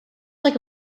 like